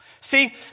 See